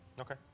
Okay